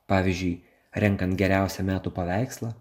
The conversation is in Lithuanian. pavyzdžiui renkant geriausią metų paveikslą